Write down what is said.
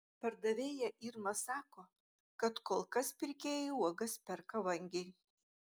pardavėja irma sako kad kol kas pirkėjai uogas perka vangiai